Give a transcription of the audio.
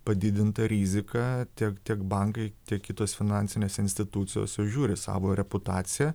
padidinta rizika tiek tiek bankai tiek kitos finansinės institucijos žiūri savo reputaciją